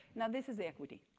now this is the equity.